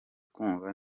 kumva